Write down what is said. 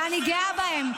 ואני גאה בהם.